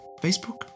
Facebook